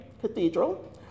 Cathedral